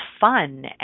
fun